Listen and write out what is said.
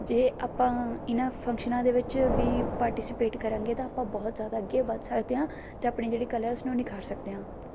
ਜੇ ਆਪਾਂ ਇਨ੍ਹਾਂ ਫੰਕਸ਼ਨਾਂ ਦੇ ਵਿੱਚ ਵੀ ਪਾਰਟੀਸਪੇਟ ਕਰਾਂਗੇ ਤਾਂ ਆਪਾਂ ਬਹੁਤ ਜ਼ਿਆਦਾ ਅੱਗੇ ਵੱਧ ਸਕਦੇ ਹਾਂ ਅਤੇ ਆਪਣੀ ਜਿਹੜੀ ਕਲਾ ਹੈ ਉਸਨੂੰ ਨਿਖਾਰ ਸਕਦੇ ਹਾਂ